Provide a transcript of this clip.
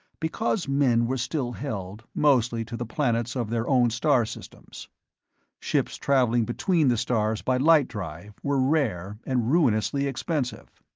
because men were still held, mostly, to the planets of their own star-systems. ships traveling between the stars by light-drive were rare and ruinously expensive.